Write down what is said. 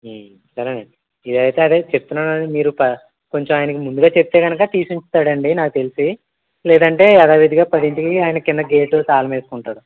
సరేనండి ఇదైతే అదే చెప్తున్నాను కదండి మీరు ప కొంచెం ఆయనకి ముందుగా చెప్తే కనుక తీసి ఉంచుతాడు అండి నాకు తెలిసి లేదంటే యధావిధిగా పదింటికి ఆయన కింద గేటు తాళం వేసుకుంటాడు